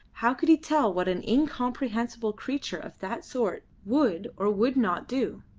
how could he tell what an incomprehensible creature of that sort would or would not do?